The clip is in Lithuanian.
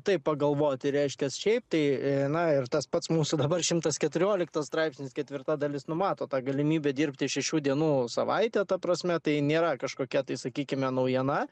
taip pagalvoti reiškias šiaip tai na ir tas pats mūsų dabar šimtas keturioliktas straipsnis ketvirta dalis numato tą galimybę dirbti šešių dienų savaitę ta prasme tai nėra kažkokia tai sakykime naujiena